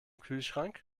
kühlschrank